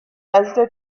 bethesda